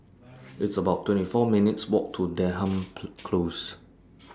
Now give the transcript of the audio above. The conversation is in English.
It's about twenty four minutes' Walk to Denham Close